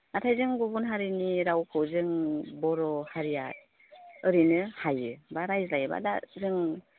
नाथाय जों गुबुन हारिनि रावखौ जों बर' हारिया ओरैनो हायो बा रायज्लायो बा दा जों